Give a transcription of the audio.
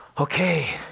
okay